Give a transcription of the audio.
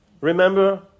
Remember